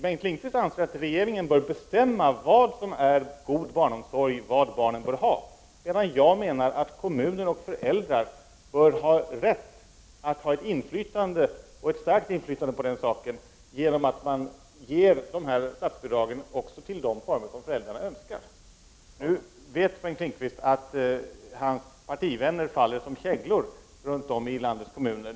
Bengt Lindqvist anser att regeringen bör bestämma vad som är god barnomsorg, vad barnen bör ha, medan jag menar att kommuner och föräldrar bör ha rätt att ha ett starkt inflytande över den saken genom att statsbidrag ges även till de former av barnomsorg som föräldrarna önskar. Nu vet Bengt Lindqvist att hans partivänner faller som käglor runt om i landets kommuner.